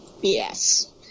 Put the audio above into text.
Yes